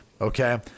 okay